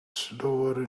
slower